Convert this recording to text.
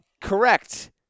Correct